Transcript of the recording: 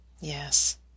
Yes